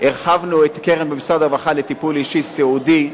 הרחבנו את הקרן במשרד הרווחה לטיפול אישי סיעודי,